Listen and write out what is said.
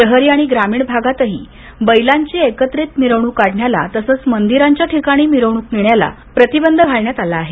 शहरी आणि ग्रामीण भागातही बैलांची एकत्रित मिरवणूक काढण्यास तसंच मंदिराच्या ठिकाणी मिरवणूक नेण्यास प्रतिबंध करण्यात आला आहे